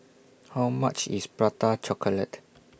How much IS Prata Chocolate